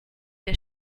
der